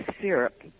syrup